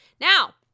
Now